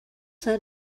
that